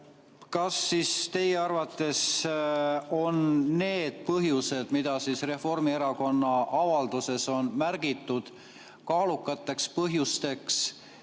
Kas teie arvates on need põhjused, mida Reformierakonna avalduses on märgitud kaalukateks põhjusteks,